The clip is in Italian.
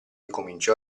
cominciò